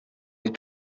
les